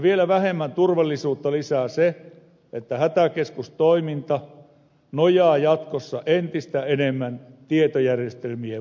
vielä vähemmän turvallisuutta lisää se että hätäkeskustoiminta nojaa jatkossa entistä enemmän tietojärjestelmien varaan